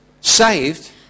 saved